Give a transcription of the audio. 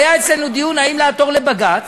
והיה אצלנו דיון אם לעתור לבג"ץ,